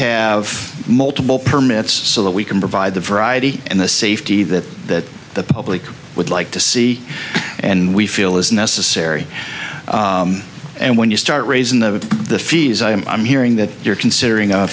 have multiple permits so that we can provide the variety and the safety that that the public would like to see and we feel is necessary and when you start raising the fees i am i'm hearing that you're considering